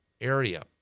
area